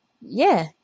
Yeah